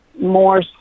more